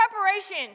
Preparation